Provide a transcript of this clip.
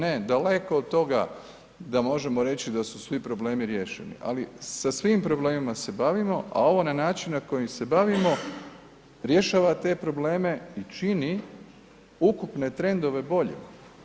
Ne, daleko od toga da možemo reći da su svi problemi riješeni, ali sa svim problemima se bavimo, a ovo na način na koji se bavimo rješava te probleme i čini ukupne trendove boljim.